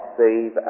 save